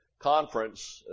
conference